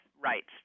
rights